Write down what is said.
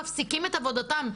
מפסיקים את עבודתן.